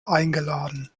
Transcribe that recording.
eingeladen